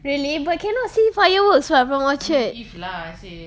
really but cannot see fireworks [what] from orchard